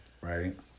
Right